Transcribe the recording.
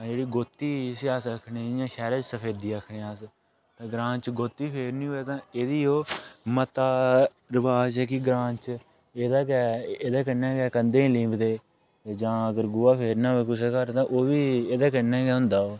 जेह्ड़ी गोह्ती जिसी अस आक्खने इयां शैह्र च सफ़ेदी आक्खने आं अस ग्रांऽ च गोह्ती फेरनी होंवै ता एह्दी ओह् मता रवाज ऐ कि ग्रांऽ च एह्दा गै एहदे कन्नै गै कंधें गी लिमदे जा फेर गोहा फेरना ओह् कुसै घर तां ओह बी एह्दे कन्नै गै होंदा ओह्